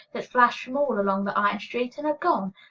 that flash from all along the iron street and are gone!